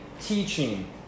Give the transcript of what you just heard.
teaching